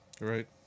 Right